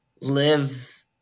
live